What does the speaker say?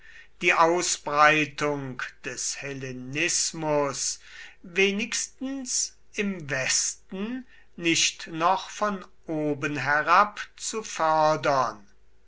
die ausbreitung des hellenismus wenigstens im westen nicht noch von oben herab zu fördern